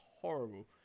horrible